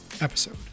episode